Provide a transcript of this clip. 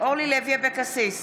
אורלי לוי אבקסיס,